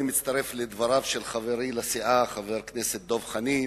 אני מצטרף לדבריו של חברי לסיעה חבר הכנסת דב חנין